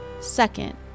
Second